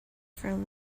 for